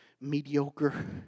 mediocre